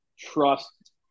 trust